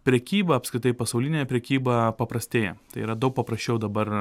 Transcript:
prekyba apskritai pasaulinė prekyba paprastėja tai yra daug paprasčiau dabar